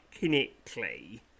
technically